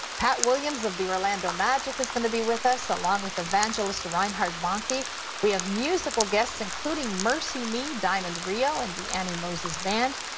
pat williams of the orlando magic is going to be with us, along with evangelist reinhardt bonnke. we have musical guests including, mercy me, diamond rio, and the annie moses band.